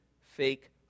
fake